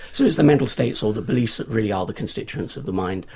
so it's the mental states or the beliefs that really are the constituents of the mind,